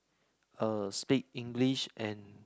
uh speak English and